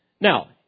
Now